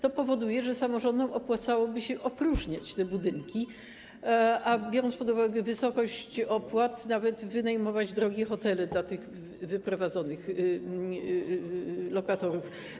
To powoduje, że samorządom opłacałoby się opróżniać te budynki, a nawet, biorąc pod uwagę wysokość opłat, wynajmować drogie hotele dla wyprowadzonych lokatorów.